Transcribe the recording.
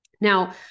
Now